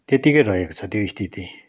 त्यत्तिकै रहेको छ त्यो स्थिति